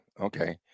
Okay